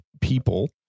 people